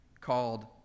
called